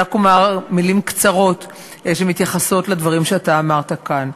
ורק אומר מילים קצרות שמתייחסות לדברים שאמרת כאן.